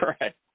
right